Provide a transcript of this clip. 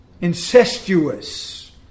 incestuous